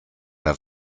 der